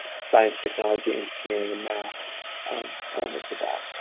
science, technology, and engineering, and math elements of that